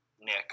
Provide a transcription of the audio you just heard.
Nick